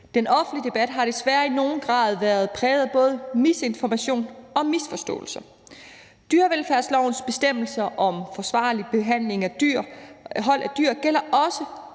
Den offentlige debat har desværre i nogen grad været præget af både misinformation og misforståelser. Dyrevelfærdslovens bestemmelser om forsvarlig behandling af dyr gælder også